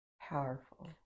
powerful